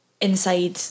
inside